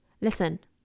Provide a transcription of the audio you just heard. listen